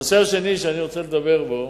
הנושא השני שאני רוצה לדבר בו,